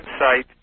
website